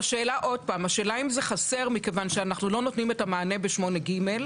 השאלה אם זה חסר מכיוון שאנחנו לא נותנים את המענה ב-8ג,